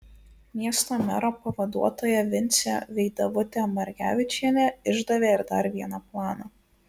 miesto mero pavaduotoja vincė vaidevutė margevičienė išdavė ir dar vieną planą